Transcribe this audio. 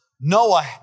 Noah